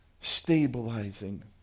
stabilizing